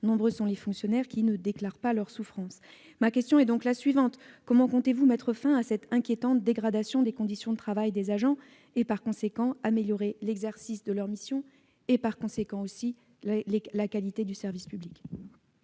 nombreux sont les fonctionnaires qui ne déclarent pas leurs souffrances. Ma question est donc la suivante : comment comptez-vous mettre fin à cette inquiétante dégradation des conditions de travail des agents et, par conséquent, améliorer l'exercice de leur mission et, partant, la qualité du service public ?